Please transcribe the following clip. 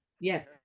Yes